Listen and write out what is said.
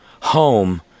Home